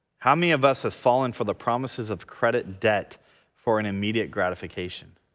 how many of us have fallen for the promises of credit debt for an immediate gratification?